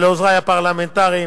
ולעוזרי הפרלמנטריים